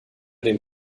dem